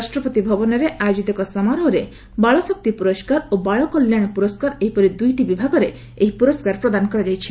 ରାଷ୍ଟ୍ରପତି ଭବନରେ ଆୟୋଜିତ ଏକ ସମାରୋହରେ ବାଳ ଶକ୍ତି ପୁରସ୍କାର ଓ ବାଳ କଲ୍ୟାଣ ପୁରସ୍କାର ଏହିପରି ଦୁଇଟି ବିଭାଗରେ ଏହି ପୁରସ୍କାର ପ୍ରଦାନ କରାଯାଇଛି